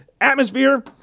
atmosphere